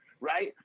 right